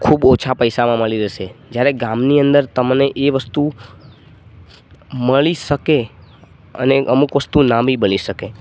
ખૂબ ઓછા પૈસામાં મળી જશે જ્યારે ગામની અંદર તમને એ વસ્તુ મળી શકે અને અમુક વસ્તુ ના બી મળી શકે